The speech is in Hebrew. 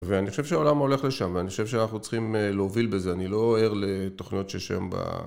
ואני חושב שהעולם הולך לשם, ואני חושב שאנחנו צריכים להוביל בזה, אני לא ער לתוכניות שיש היום ב…